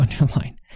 underline